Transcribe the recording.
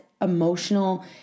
emotional